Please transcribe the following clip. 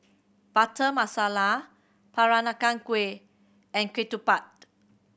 Butter Masala Peranakan Kueh and ketupat